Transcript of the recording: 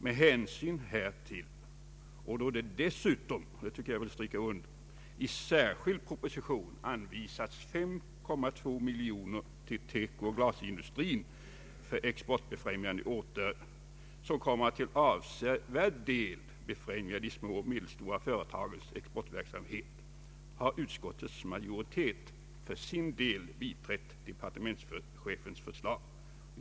Med hänsyn härtill och då det dessutom i särskild proposition — det tyckar jag att jag vill stryka under — föreslagits 5,2 miljoner till TEKO och glasindustrin för exportbefrämjande åtgärder, som kommer att till avsevärd del stimulera de små och medelstora företagens exportverksamhet, har utskottets majoritet för sin del biträtt departementschefens förslag.